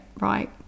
right